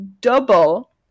double